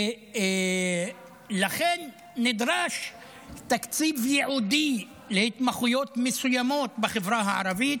לכן נדרש תקציב ייעודי להתמחויות מסוימות בחברה הערבית,